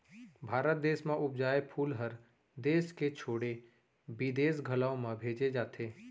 भारत देस म उपजाए फूल हर देस के छोड़े बिदेस घलौ म भेजे जाथे